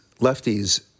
lefties